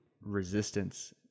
resistance